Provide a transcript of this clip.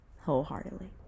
Wholeheartedly